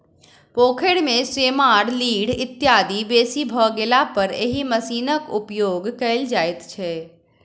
पोखैर मे सेमार, लीढ़ इत्यादि बेसी भ गेलापर एहि मशीनक उपयोग कयल जाइत छै